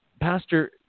Pastor